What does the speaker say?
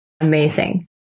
amazing